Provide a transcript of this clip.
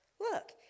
look